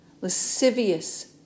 lascivious